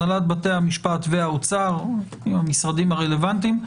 הנהלת בתי המשפט והאוצר עם המשרדים הרלוונטיים,